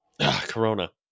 Corona